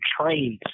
trades